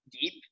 deep